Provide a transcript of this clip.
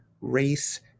race